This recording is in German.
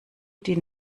die